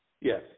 Yes